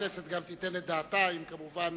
הכנסת גם תיתן את דעתה, אם כמובן